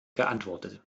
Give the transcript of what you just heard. geantwortet